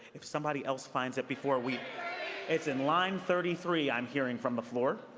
if somebody else finds it before we it's in line thirty three i'm hearing from the floor.